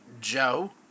Joe